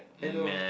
I know